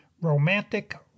romantic